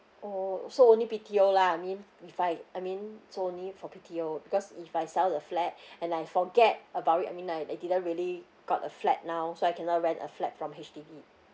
oh so only B_T_O lah I mean if I I mean so only for B_T_O because if I sell the flat and I forget about it I mean I I didn't really got a flat now so I cannot rent a flat from H_D_B